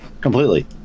completely